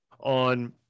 on